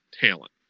talent